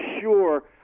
sure